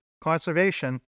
conservation